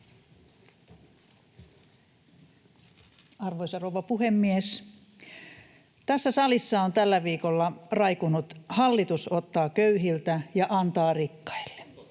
Arvoisa rouva puhemies! Tässä salissa on tällä viikolla raikunut: ”Hallitus ottaa köyhiltä ja antaa rikkaille.”